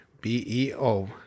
B-E-O